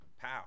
Pow